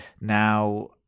Now